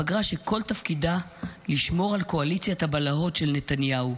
פגרה שכל תפקידה לשמור על קואליציית הבלהות של נתניהו.